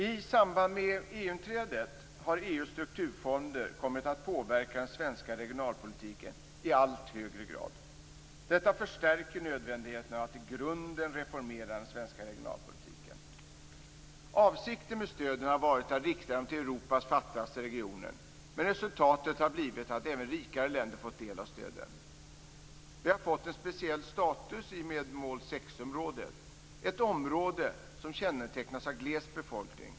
I samband med EU-inträdet har EU:s strukturfonder kommit att påverka den svenska regionalpolitiken i allt högre grad. Detta förstärker nödvändigheten av att i grunden reformera den svenska regionalpolitiken. Avsikten med stöden har varit att rikta dem till Europas fattigaste regioner. Men resultatet har blivit att även rikare länder fått del av stöden. Vi har fått en speciell status i och med mål 6 området. Det är ett område som kännetecknas av gles befolkning.